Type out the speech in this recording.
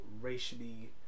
racially